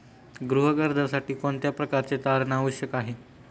गृह कर्जासाठी कोणत्या प्रकारचे तारण आवश्यक आहे?